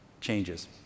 changes